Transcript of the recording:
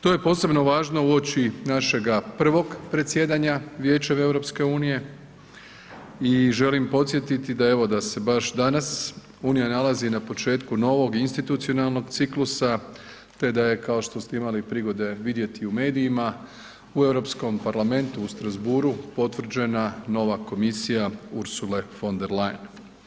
To je posebno važno uoči našega prvoga predsjedanja Vijećem EU i želim podsjetiti da evo, da se baš danas unija nalazi na početku novog i institucionalnog ciklusa te da je kao što ste imali prigode vidjeti u medijima u Europskom parlamentu u Strasbourgu potvrđena nova komisija Ursule von der Leyen.